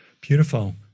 beautiful